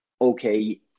Okay